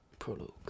Prologue